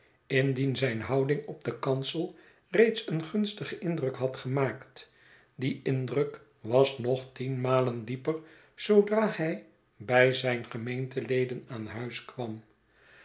indien zijn houding op den kansel reeds een gunstigen indruk had gemaakt die indruk was nog tien malen dieper zoodra bij bij zijn gemeenteleden aan huis kwam